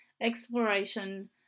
exploration